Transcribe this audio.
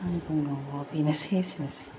आंनि बुंनांगौआ बेनोसै एसेनोसै